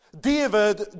David